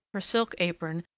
her silk apron,